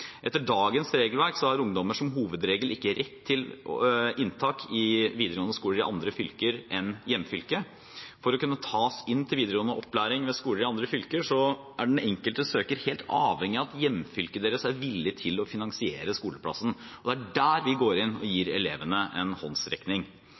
Etter dagens regelverk har ungdommer som hovedregel ikke rett til inntak i videregående skoler i andre fylker enn hjemfylket. For å kunne tas inn til videregående opplæring ved skoler i andre fylker, er den enkelte søker helt avhengig av at hjemfylket deres er villig til å finansiere skoleplassen. Det er der vi går inn og